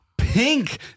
pink